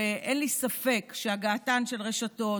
ואין לי ספק שהגעתן של רשתות,